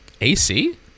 AC